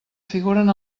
figuren